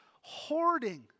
hoarding